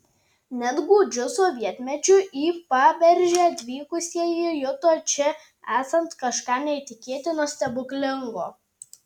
net gūdžiu sovietmečiu į paberžę atvykusieji juto čia esant kažką neįtikėtino stebuklingo